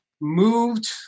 moved